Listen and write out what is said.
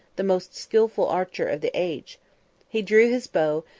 the most skilful archer of the age he drew his bow,